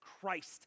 Christ